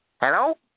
Hello